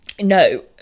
no